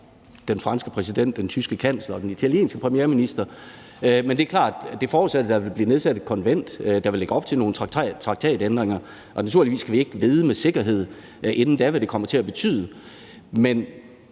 den franske præsident, den tyske kansler og den italienske premierminister, men det er klart, at det forudsætter, at der vil blive nedsat et konvent, der vil lægge op til nogle traktatændringer, og naturligvis kan vi ikke vide med sikkerhed inden da, hvad det kommer til at betyde. Men